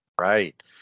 Right